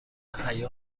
حیا